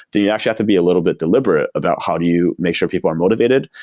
do you actually have to be a little bit deliberate about how do you make sure people are motivated?